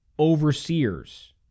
overseers